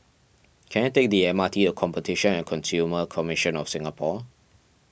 can I take the M R T or Competition and Consumer Commission of Singapore